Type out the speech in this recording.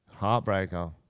Heartbreaker